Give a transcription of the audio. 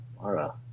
Mara